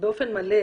באופן מלא,